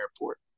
Airport